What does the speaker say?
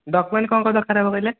document କ'ଣ କ'ଣ ଦରକାର ହେବ କହିଲେ